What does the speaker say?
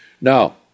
Now